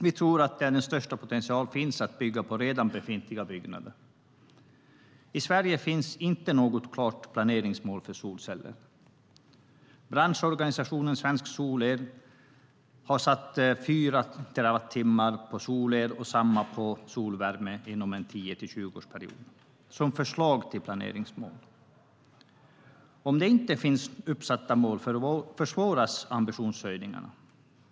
Vi tror att den största potentialen finns i att bygga på redan befintliga byggnader. I Sverige finns inte något klart planeringsmål för solceller. Branschorganisationen Svensk solenergi har satt fyra terawattimmar för solel och detsamma för solvärme inom en 10-20-årsperiod som förslag till planeringsmål. Om det inte finns uppsatta mål försvåras ambitionshöjningar.